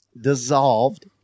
dissolved